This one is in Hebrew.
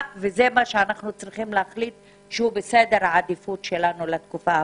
וזה מה שאנחנו צריכים להחליט שהוא בסדר העדיפות שלנו לתקופה הקרובה.